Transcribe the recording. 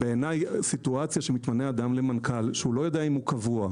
בעיניי מצב שמתמנה אדם למנכ"ל שהוא לא יודע אם הוא קבוע,